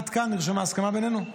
עד כאן נרשמה הסכמה בינינו?